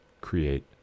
create